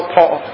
Paul